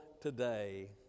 today